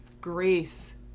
grace